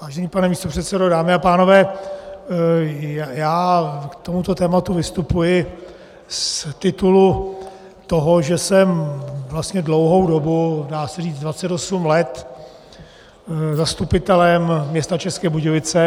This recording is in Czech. Vážený pane místopředsedo, dámy a pánové, já k tomuto tématu vystupuji z titulu toho, že jsem dlouhou dobu, dá se říci 28 let, zastupitelem města České Budějovice.